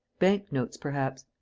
bank-notes, perhaps.